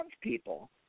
people